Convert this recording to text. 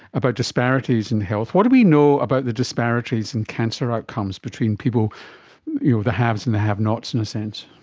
about disparities in health. what do we know about the disparities in cancer outcomes between you know the haves and the have-nots, in a sense?